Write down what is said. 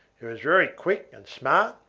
who was very quick and smart,